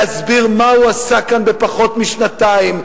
להסביר מה הוא עשה כאן בפחות משנתיים,